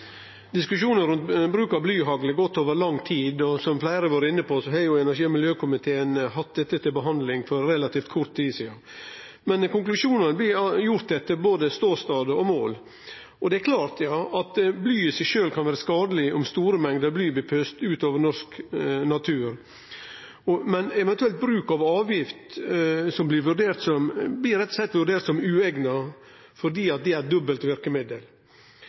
Diskusjonen rundt bruk av blyhagl har gått over lang tid, og som fleire har vore inne på, har energi- og miljøkomiteen hatt dette til behandling for relativt kort tid sidan. Konklusjonane blir gjorde etter både ståstad og mål. Ja, det er klart at bly i seg sjølv kan vere skadeleg om store mengder blir pøste ut over norsk natur, men bruk av avgift blir rett og slett vurdert som ueigna fordi det er eit dobbelt verkemiddel.